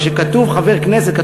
אבל כשכתוב: חבר כנסת,